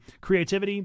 Creativity